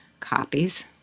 Copies